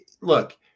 Look